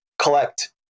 collect